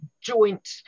joint